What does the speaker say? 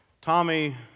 Tommy